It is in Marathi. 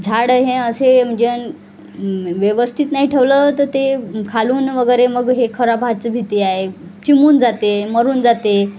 झाडं हे असे म्हणजे व्यवस्थित नाही ठेवलं तर ते खालून वगैरे मग हे खराब व्हायचं भीती आहे चिमून जाते मरून जाते